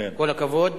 כל הכבוד.